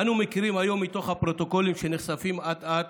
אנו מכירים היום, מתוך הפרוטוקולים שנחשפים אט-אט,